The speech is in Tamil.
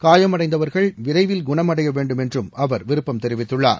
காயமடைந்தவர்கள் விரைவில் குணமடைய வேண்டும் என்றும் அவர் விருப்பம் தெரிவித்துள்ளார்